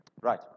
Right